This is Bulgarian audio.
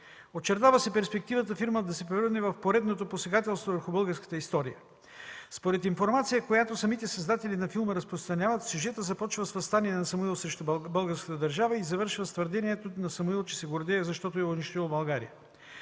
Очертава се перспективата, филмът да се превърне в поредното посегателство върху българската история. Според информация, която самите създатели на филма разпространяват, сюжетът започва с въстание на Самуил срещу българската държава и завършва с твърдението на Самуил, че се гордее, защото е унищожил България.